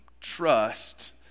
trust